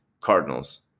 Cardinals